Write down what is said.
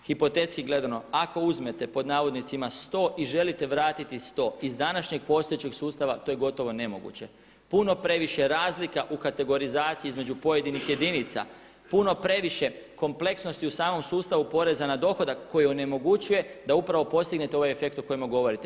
Hipotetski gledano ako uzmete pod navodnicima 100 i želite vratiti 100, iz današnjeg postojećeg sustava to je gotovo nemoguće, puno previše razlika u kategorizaciji između pojedinih jedinica, puno previše kompleksnosti u samom sustavu poreza na dohodak koji onemogućuje da upravo postignete ovaj efekt o kojemu govorite.